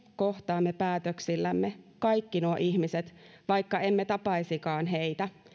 kohtaamme päätöksillämme kaikki nuo ihmiset vaikka emme tapaisikaan heitä